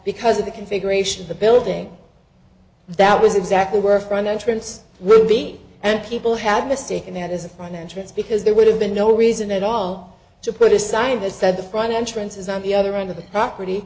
because of the configuration of the building that was exactly where a front entrance will be and people have mistaken that as a front entrance because there would have been no reason at all to put a sign that said the front entrance is on the other end of the property